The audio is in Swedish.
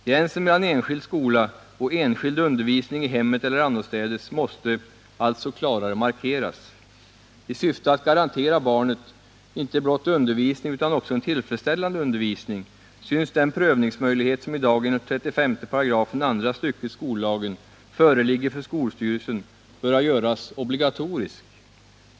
Gränsen mellan enskild skola och enskild undervisning i hemmet eller annorstädes måste alltså klarare markeras. I syfte att garantera barnet icke blott undervisning utan också en tillfredsställande undervisning, synes den prövningsmöjlighet som i dag enligt 35 § andra stycket skollagen föreligger för skolstyrelsen böra göras obligatorisk.